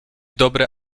dobre